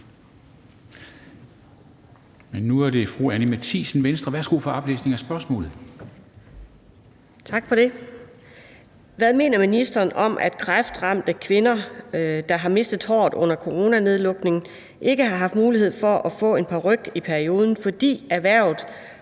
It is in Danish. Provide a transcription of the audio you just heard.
Hvad mener ministeren om, at kræftramte kvinder, der har mistet håret under coronanedlukningen, ikke har haft mulighed for at få en paryk i perioden, fordi erhvervet